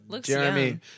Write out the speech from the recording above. Jeremy